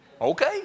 Okay